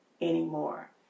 anymore